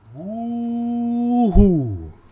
woohoo